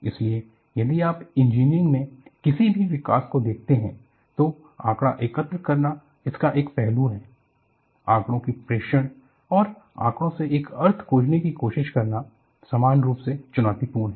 इसलिए यदि आप इंजीनियरिंग में किसी भी विकास को देखते हैं तो आंकड़ा एकत्र करना इसका एक पहलू है आंकड़ो की प्रेषण और आंकड़ो से एक अर्थ खोजने की कोशिश करना समान रूप से चुनौतीपूर्ण है